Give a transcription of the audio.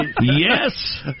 yes